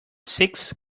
six